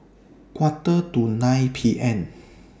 Quarter to nine P M